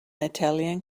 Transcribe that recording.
italian